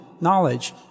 knowledge